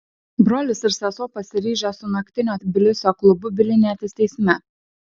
brolis ir sesuo pasiryžę su naktinio tbilisio klubu bylinėtis teisme